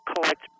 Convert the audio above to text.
collect